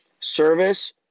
Service